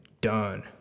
done